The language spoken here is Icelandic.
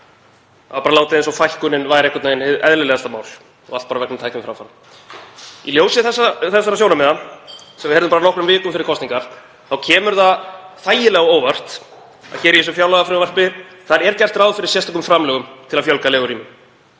Það er bara látið eins og fækkunin sé einhvern veginn hið eðlilegasta mál og allt bara vegna tækniframfara. Í ljósi þessa þessara sjónarmiða, sem við heyrðum bara nokkrum vikum fyrir kosningar, kemur það þægilega á óvart að í þessu fjárlagafrumvarpi er gert ráð fyrir sérstökum framlögum til að fjölga legurýmum.